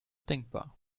denkbar